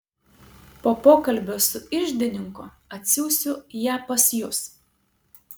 po pokalbio su iždininku atsiųsiu ją pas jus